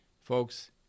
Folks